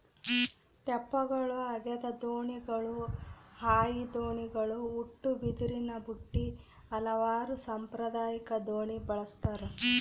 ತೆಪ್ಪಗಳು ಹಗೆದ ದೋಣಿಗಳು ಹಾಯಿ ದೋಣಿಗಳು ಉಟ್ಟುಬಿದಿರಿನಬುಟ್ಟಿ ಹಲವಾರು ಸಾಂಪ್ರದಾಯಿಕ ದೋಣಿ ಬಳಸ್ತಾರ